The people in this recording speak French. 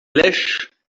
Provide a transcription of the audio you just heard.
lèches